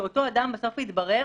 שאותו אדם בסוף יתברר